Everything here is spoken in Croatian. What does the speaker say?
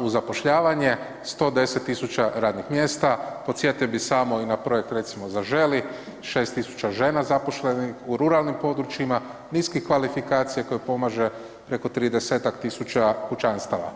u zapošljavanje, 110 tisuća radnih mjesta, podsjetio bih samo i na projekt recimo, Zaželi, 6 tisuća žena zaposlenih u ruralnih područjima, niskih kvalifikacija koje pomaže preko 30-tak tisuća kućanstava.